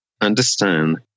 understand